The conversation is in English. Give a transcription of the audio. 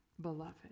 beloved